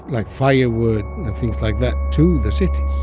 like, firewood and things like that to the cities.